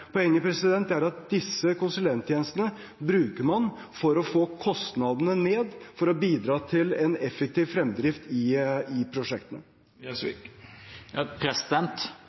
at disse konsulenttjenestene bruker man for å få kostnadene ned, for å bidra til en effektiv fremdrift i prosjektene.